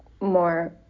more